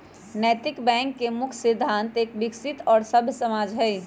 नैतिक बैंक के मुख्य सिद्धान्त एक विकसित और सभ्य समाज हई